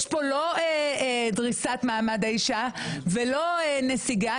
יש פה לא דריסת מעמד האישה ולא נסיגה,